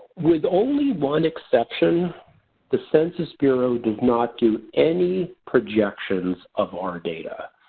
with only one exception the census bureau does not do any projections of our data.